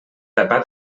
tapar